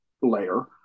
layer